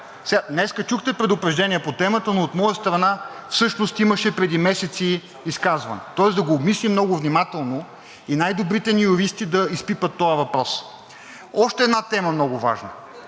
Днес чухте предупреждение по темата, но от моя страна всъщност имаше изказване преди месеци, тоест да го обмислим много внимателно и най-добрите ни юристи да изпипат този въпрос. Още една много важна